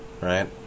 right